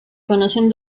conocen